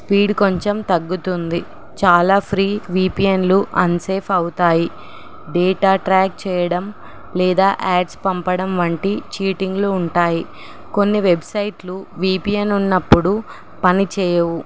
speed కొంచెం తగ్గుతుంది చాలా ఫ్రీ విపిఎన్లు అన్సేఫ్ అవుతాయి డేటా ట్రాక్ చేయడం లేదా యాడ్స్ పంపడం వంటి చీటింగ్లు ఉంటాయి కొన్ని వెబ్సైట్లు విపిఎన్ ఉన్నప్పుడు పనిచేయవు